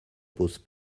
pose